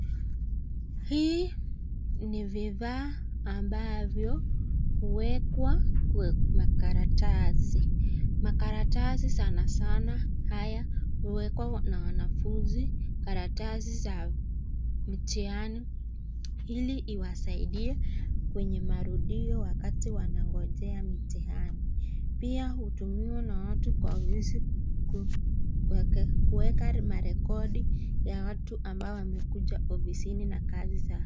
Hii ni vifaa ambavyo huwekwa kwa makaratasi. Makaratasi sana sana haya huwekwa na wanafunzi karatasi za mitihani ili iwasaidie kwenye marudio wakati wanangojea mitihani. Pia hutumiwa na watu kwa ofisi kuweka rekodi ya watu ambao wamekuja ofisini na kazi zao.